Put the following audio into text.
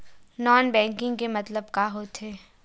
Non banking के मतलब का होथे?